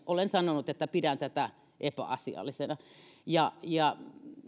olen sanonut että pidän tätä epäasiallisena